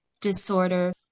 disorder